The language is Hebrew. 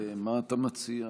מה אתה מציע,